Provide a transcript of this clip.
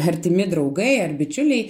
artimi draugai ar bičiuliai